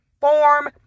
form